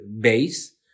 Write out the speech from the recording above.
base